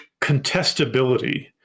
contestability